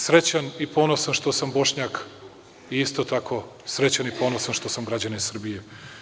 Srećan i ponosan što sam Bošnjak i isto tako srećan i ponosan što sam građanin Srbije.